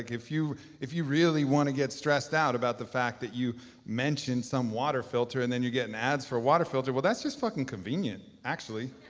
if you if you really wanna get stressed out about the fact that you mentioned some water filter, and then you get an ads for water filter, well, that's just fucking convenient, actually,